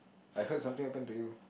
I heard something happen to you